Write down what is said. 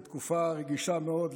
בתקופה רגישה מאוד,